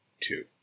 two